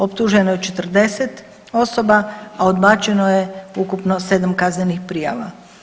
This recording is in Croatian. Optuženo je 40 osoba, a odbačeno je ukupno 7 kaznenih prijava.